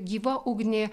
gyvą ugnį